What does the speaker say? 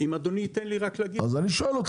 אם אדוני ייתן לי להגיד, אני אומר.